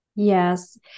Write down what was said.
Yes